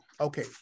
okay